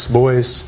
boys